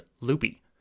loopy